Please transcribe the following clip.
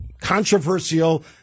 controversial